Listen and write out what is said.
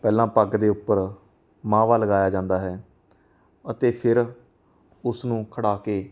ਪਹਿਲਾ ਪੱਗ ਦੇ ਉਪਰ ਮਾਵਾ ਲਗਾਇਆ ਜਾਂਦਾ ਹੈ ਅਤੇ ਫਿਰ ਉਸ ਨੂੰ ਖੜ੍ਹਾ ਕੇ